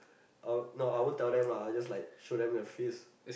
uh no I won't tell them lah I'll just like show them the face